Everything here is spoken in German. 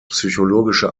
psychologische